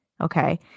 okay